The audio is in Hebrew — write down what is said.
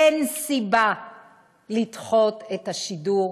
אין סיבה לדחות את השידור